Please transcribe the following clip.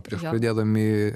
prieš pradėdami